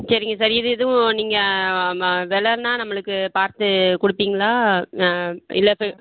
சரிங்க சார் இது எதுவும் நீங்கள் ம வெலைன்னா நம்மளுக்கு பார்த்து கொடுப்பீங்களா இல்லை பெ